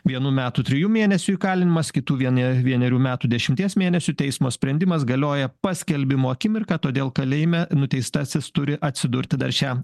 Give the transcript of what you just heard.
vienų metų trijų mėnesių įkalinimas kitų viene vienerių metų dešimties mėnesių teismo sprendimas galioja paskelbimo akimirką todėl kalėjime nuteistasis turi atsidurti dar šią